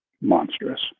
monstrous